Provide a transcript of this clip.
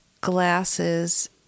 glasses